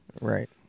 Right